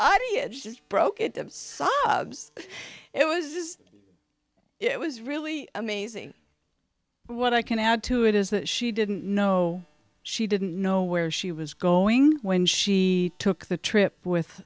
she broke it was it was really amazing what i can add to it is that she didn't know she didn't know where she was going when she took the trip with